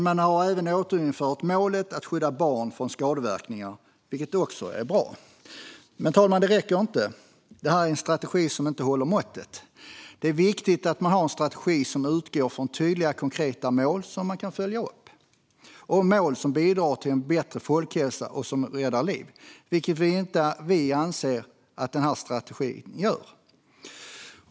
Man har även återinfört målet att skydda barn från skadeverkningar, vilket också är bra. Men, fru talman, det räcker inte. Det här är en strategi som inte håller måttet. Det är viktigt att man har en strategi som utgår från tydliga, konkreta mål som man kan följa upp och som bidrar till en bättre folkhälsa och räddar liv, vilket vi inte anser att denna strategi gör.